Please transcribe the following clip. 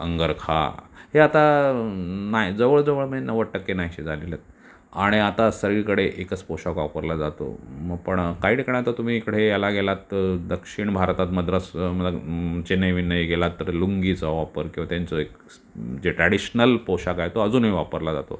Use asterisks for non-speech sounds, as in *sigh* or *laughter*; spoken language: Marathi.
अंगरखा हे आता नाही जवळजवळ म्हणजे नव्वद टक्के नाहीसे झालेले आहेत आणि आता सगळीकडे एकच पोशाख वापरला जातो पण काही ठिकाणी आता तुम्ही इकडे याला गेलात तर दक्षिण भारतात मद्रास *unintelligible* चेन्नई वेन्नई गेलात तर लुंगीचा वापर किंवा त्यांचं एक जे ट्रॅडिशनल पोशाख आहे तो अजूनही वापरला जातो